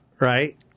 right